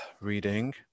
reading